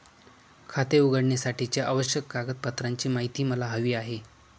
खाते उघडण्यासाठीच्या आवश्यक कागदपत्रांची माहिती मला हवी आहे